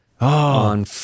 on